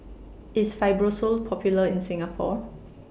IS Fibrosol Popular in Singapore